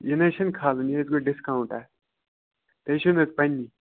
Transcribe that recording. یہِ نہَ حظ چھُنہٕ کھالُن یہِ حظ گوٚو ڈِسکاوُنٛٹ اَتھ تُہۍ چھُو نہٕ حظ پَنٕنی